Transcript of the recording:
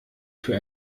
für